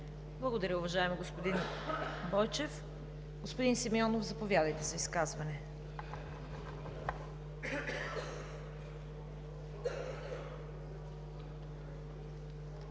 Благодаря, уважаеми господин Бойчев. Господин Симеонов, заповядайте за изказване. ВАЛЕРИ